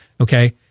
Okay